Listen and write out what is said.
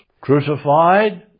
crucified